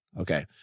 Okay